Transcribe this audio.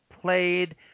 played